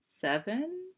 seven